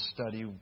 study